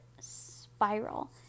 spiral